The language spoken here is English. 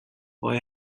boy